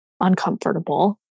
uncomfortable